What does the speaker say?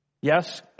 Yes